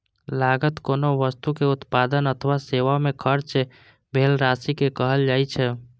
लागत कोनो वस्तुक उत्पादन अथवा सेवा मे खर्च भेल राशि कें कहल जाइ छै